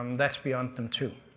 that's beyond them too,